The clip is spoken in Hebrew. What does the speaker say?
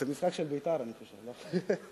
זה משחק של "בית"ר" אני חושב, לא?